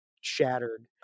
shattered